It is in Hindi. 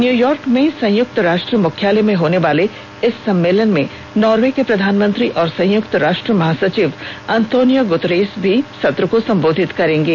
न्यूयॉर्क में संयुक्त राष्ट्र मुख्यालय में होने वाले इस सम्मेलन में नॉर्वे के प्रधानमंत्री और संयुक्त राष्ट्र महासचिव अंतोनियो गुतेरस भी सत्र को संबोधित करेंगे